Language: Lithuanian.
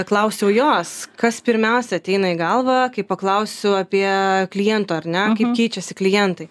klausiau jos kas pirmiausia ateina į galvą kai paklausiu apie kliento ar ne kaip keičiasi klientai